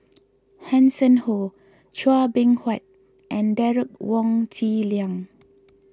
Hanson Ho Chua Beng Huat and Derek Wong Zi Liang